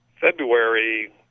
February